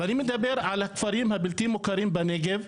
ואני מדבר על הכפרים הבלתי מוכרים בנגב,